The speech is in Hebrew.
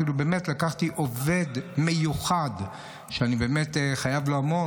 אפילו לקחתי עובד מיוחד, שאני באמת חייב לו המון.